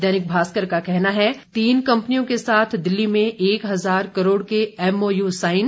दैनिक भास्कर का कहना है तीन कंपनियों के साथ दिल्ली में एक हज़ार करोड़ के एमओयू साइन